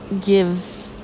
give